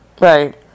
Right